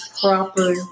Proper